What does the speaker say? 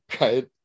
right